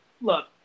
Look